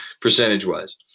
percentage-wise